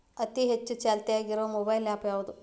ಅತಿ ಹೆಚ್ಚ ಚಾಲ್ತಿಯಾಗ ಇರು ಮೊಬೈಲ್ ಆ್ಯಪ್ ಯಾವುದು?